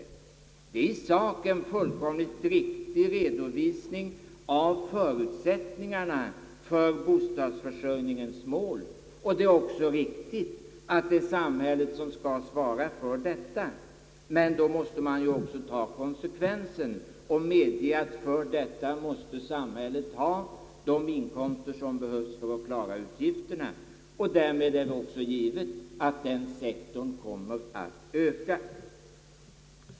Det är i sak en fullkomligt riktig redovisning av förutsättningarna för bostadsförsörjningens mål, och det är också riktigt att det är samhället som skall svara för detta. Men då måste man också ta konsekvensen och medge att samhället får de inkomster som behövs för att klara utgifterna. Därmed är det också givet att den sektorn kommer att öka.